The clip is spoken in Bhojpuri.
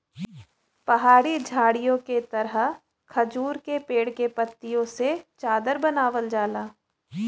पहाड़ी झाड़ीओ के तरह खजूर के पेड़ के पत्तियों से चादर बनावल जाला